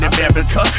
America